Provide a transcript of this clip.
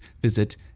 visit